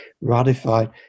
ratified